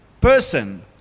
person